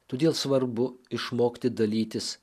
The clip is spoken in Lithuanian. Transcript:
todėl svarbu išmokti dalytis